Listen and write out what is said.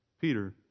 Peter